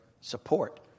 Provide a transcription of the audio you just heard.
support